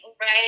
right